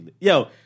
Yo